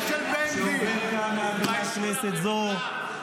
השאלה היא אם תגרשו את המשפחה של בן גביר.